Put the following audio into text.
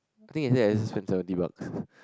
I think yesterday I just spent seventy bucks